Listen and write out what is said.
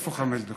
איפה חמש דקות.